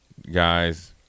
guys